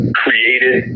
created